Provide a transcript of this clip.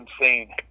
insane